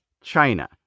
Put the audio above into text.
China